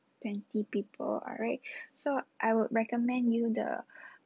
twenty people alright so I would recommend you the